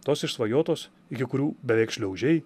tos išsvajotos iki kurių beveik šliaužiai